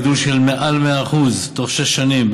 גידול של מעל 100% בתוך שש שנים,